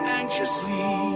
anxiously